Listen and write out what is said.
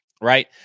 right